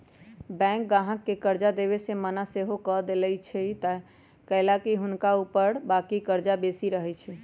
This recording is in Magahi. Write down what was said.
बैंक गाहक के कर्जा देबऐ से मना सएहो कऽ देएय छइ कएलाकि हुनका ऊपर बाकी कर्जा बेशी रहै छइ